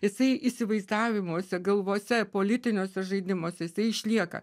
jisai įsivaizdavimuose galvose politiniuose žaidimuose jisai išlieka